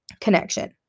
connection